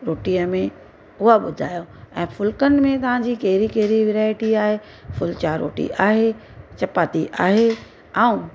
रोटीअ में उहा ॿुधायो ऐं फुलकनि में तव्हांजी कहिड़ी कहिड़ी वेराएटी आहे कुलचा रोटी आहे चपाती आहे ऐं